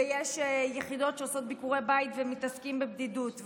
ויש יחידות שעושות ביקורי בית ומתעסקות בבדידות,